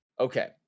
Okay